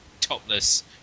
topless